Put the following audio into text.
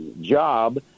job